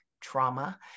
trauma